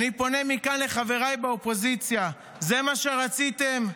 אני פונה מכאן לחבריי באופוזיציה, זה מה שרציתם?